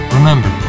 Remember